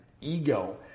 ego